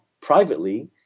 privately